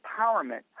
empowerment